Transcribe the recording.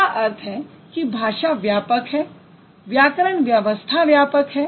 इसका अर्थ है कि भाषा व्यापक है व्याकरण व्यवस्था व्यापक है